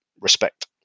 respect